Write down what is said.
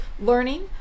Learning